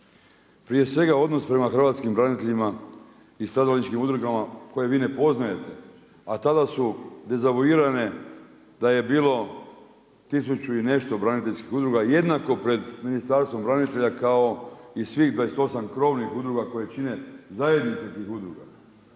Prije svega odnos prema hrvatskim braniteljima i stradalničkim udrugama koje vi ne poznajete a tada su dezavuirane da je bilo tisuću i nešto braniteljskih udruga jednako pred Ministarstvom branitelja kao i svih 28 krovnih udruga koje čine zajednicu tih udruga.